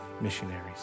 missionaries